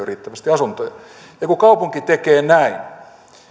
riittävästi asuntoja ja kun kaupunki tekee näin